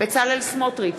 בצלאל סמוטריץ,